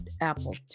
Apple